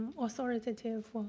authoritative